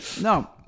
No